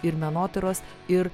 ir menotyros ir